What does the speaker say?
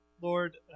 Lord